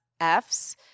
F's